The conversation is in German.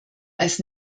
als